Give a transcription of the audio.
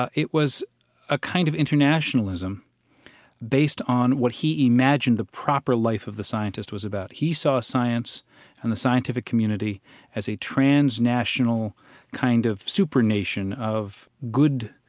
ah it was a kind of internationalism based on what he imagined the proper life of the scientist was about. he saw science and the scientific community as a transnational kind of super nation of good,